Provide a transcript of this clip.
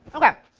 okay,